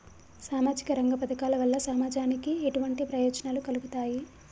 సామాజిక రంగ పథకాల వల్ల సమాజానికి ఎటువంటి ప్రయోజనాలు కలుగుతాయి?